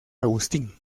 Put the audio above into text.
agustín